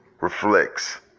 reflects